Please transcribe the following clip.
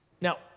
Now